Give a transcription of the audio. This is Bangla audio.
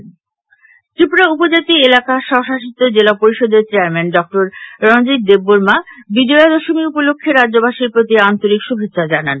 এডিসির শুভেচ্ছা ত্রিপুরা উপজাতি এলাকা স্বশাসিত জেলা পরিষদের চেয়ারম্যান ড রনজিৎ দেববর্মা বিজয়া দশমী উপলক্ষ্যে রাজ্যবাসীর প্রতি আন্তরিক শুভেচ্ছা জানান